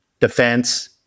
Defense